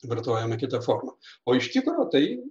vartojame kitą formą o iš tikro tai